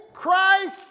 Christ